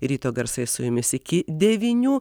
ryto garsai su jumis iki devynių